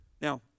Now